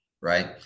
right